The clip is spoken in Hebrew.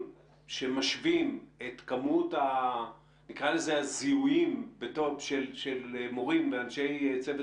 שמשווים את כמות הזיהויים של מוריםן ואנשי צוות